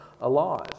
alive